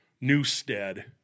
Newstead